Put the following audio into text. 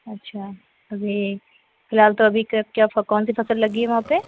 अच्छा अभी फिलहाल तो अभी क्या कौन सी फ़सल लगी है वहाँ पर